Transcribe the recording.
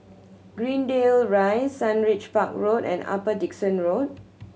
Greendale Rise Sundridge Park Road and Upper Dickson Road